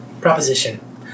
Proposition